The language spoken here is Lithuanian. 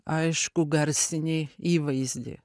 aiškų garsinį įvaizdį